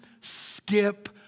skip